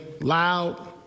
loud